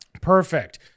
Perfect